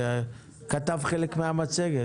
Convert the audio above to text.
שכתב חלק מהמצגת.